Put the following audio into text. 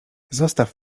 zostaw